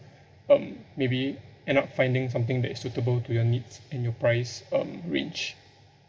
um maybe end up finding something that is suitable to your needs and your price um range